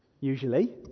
usually